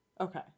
Okay